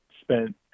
spent